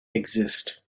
exist